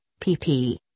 PP